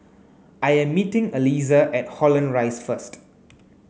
I am meeting Aliza at Holland Rise first